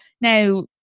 now